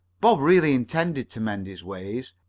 bob really intended to mend his ways.